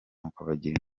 bakabagira